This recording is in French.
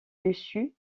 dessus